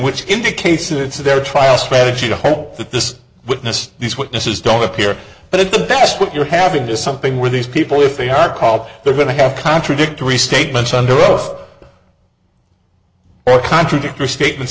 which indicates it's their trial strategy to hope that this witness these witnesses don't appear but at the best what you're having is something where these people if they are called they're going to have contradictory statements under oath or contradictory statements